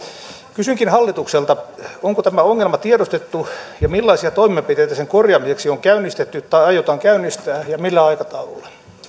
kysynkin hallitukselta onko tämä ongelma tiedostettu ja millaisia toimenpiteitä sen korjaamiseksi on käynnistetty tai aiotaan käynnistää ja millä aikataululla